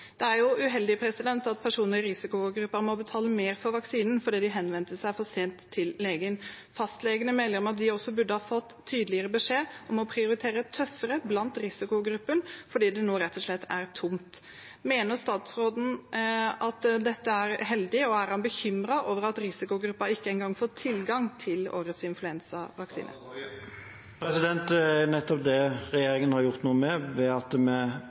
Det er jo uheldig at personer i risikogruppen må betale mer for vaksinen fordi de henvendte seg for sent til legen. Fastlegene melder at de også burde ha fått tydeligere beskjed om å prioritere tøffere blant dem i risikogruppen fordi det nå rett og slett er tomt. Mener statsråden at dette er heldig, og er han bekymret over at risikogruppen ikke engang får tilgang til årets influensavaksine? Det er nettopp det regjeringen har gjort noe med ved at